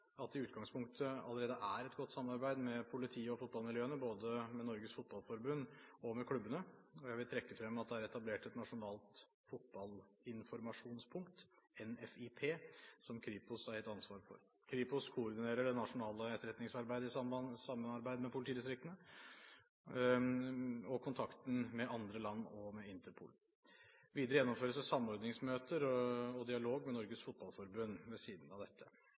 at det i utgangspunktet allerede er et godt samarbeid mellom politiet og fotballmiljøene, både med Norges Fotballforbund og med klubbene. Jeg vil trekke frem at det er etablert et nasjonalt fotballinformasjonspunkt, NFIP, som Kripos har ansvar for. Kripos koordinerer det nasjonale etterretningsarbeidet, i samarbeid med politidistriktene, og kontakten med andre land og med Interpol. Videre gjennomføres det samordningsmøter og dialog med Norges Fotballforbund ved siden av dette.